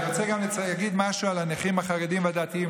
אני רוצה גם להגיד משהו על הנכים החרדים והדתיים.